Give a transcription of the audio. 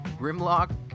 Grimlock